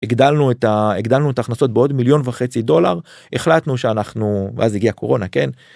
הגדלנו את ה.. הגדלנו את ההכנסות בעוד מיליון וחצי דולר החלטנו שאנחנו ואז הגיעה הקורונה כן.